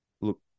look